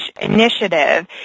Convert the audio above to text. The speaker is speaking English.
initiative